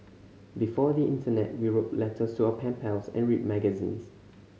before the internet we wrote letters to our pen pals and read magazines